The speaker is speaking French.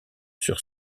sur